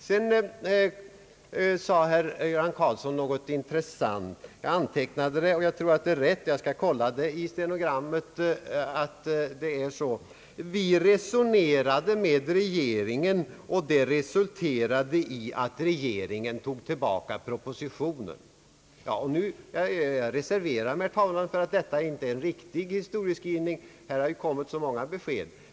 Sedan sade herr Göran Karlsson något intressant: »Vi har resonerat med regeringen, och det resulterade i att regeringen tog tillbaka propositionen.» Jag reserverar mig, herr talman, för att detta inte är en riktig historieskrivning — här har ju kommit så många besked.